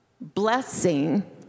blessing